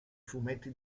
fumetti